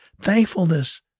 Thankfulness